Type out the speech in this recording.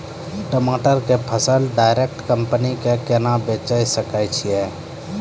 टमाटर के फसल डायरेक्ट कंपनी के केना बेचे सकय छियै?